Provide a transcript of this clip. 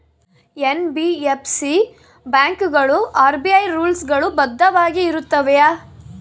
NBFC ಬ್ಯಾಂಕುಗಳು RBI rules ಗಳು ಬದ್ಧವಾಗಿ ಇರುತ್ತವೆಯ?